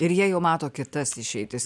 ir jie jau mato kitas išeitis